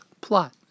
plot